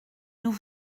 nous